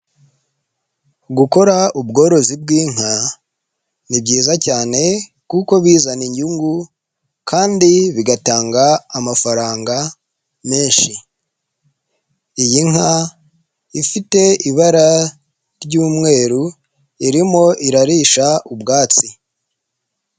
Gukora ubworozi bw'inka ni byiza cyane kuko bizana inyungu kandi bigatanga amafaranga menshi, iyi nka ifite ibara ry'umweru irimo irarisha ubwatsi.